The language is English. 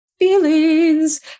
Feelings